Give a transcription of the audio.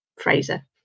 Fraser